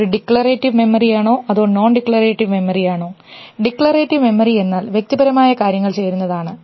ഒരു declarative memory ആണോ അതോ നോൺ ഡിക്ലറേറ്റീവ് മെമ്മറി ആണോ ഡിക്ലറേറ്റീവ് മെമ്മറി എന്നാൽ വ്യക്തിപരമായ കാര്യങ്ങൾ ചേരുന്നതാണ്